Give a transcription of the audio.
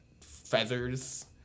feathers